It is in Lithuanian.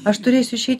aš turėsiu išeit